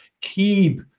keep